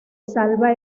salva